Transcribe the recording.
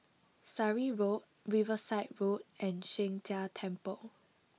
Surrey Road Riverside Road and Sheng Jia Temple